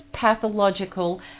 pathological